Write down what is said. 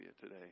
today